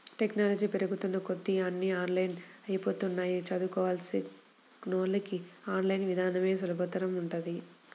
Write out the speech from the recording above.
technology పెరుగుతున్న కొద్దీ అన్నీ ఆన్లైన్ అయ్యిపోతన్నయ్, చదువుకున్నోళ్ళకి ఆన్ లైన్ ఇదానమే సులభంగా ఉంటది